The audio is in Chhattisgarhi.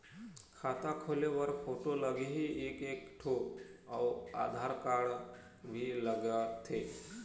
खाता खोले बर फोटो लगही एक एक ठो अउ आधार कारड भी लगथे?